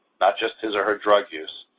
not just his or her drug use.